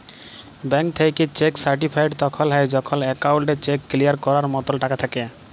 bank থ্যাইকে cheque certified তখল হ্যয় যখল একাউল্টে চ্যাক কিলিয়ার ক্যরার মতল টাকা থ্যাকে